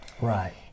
right